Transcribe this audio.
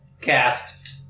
cast